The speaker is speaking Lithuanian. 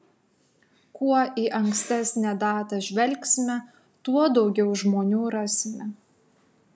kuo į ankstesnę datą žvelgsime tuo daugiau žmonių rasime